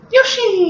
Yoshi